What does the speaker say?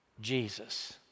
Jesus